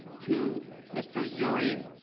to mr. yuri